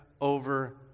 over